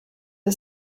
the